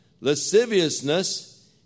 lasciviousness